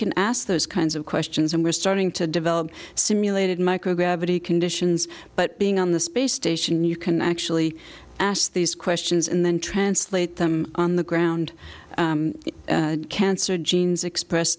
can ask those kinds of questions and we're starting to develop simulated microgravity conditions but being on the space station you can actually asked these questions and then translate them on the ground cancer genes express